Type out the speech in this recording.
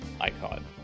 icon